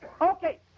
Okay